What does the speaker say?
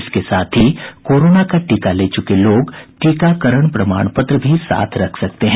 इसके साथ ही कोरोना का टीका ले चुके लोग टीकाकरण प्रमाण पत्र भी साथ रख सकते हैं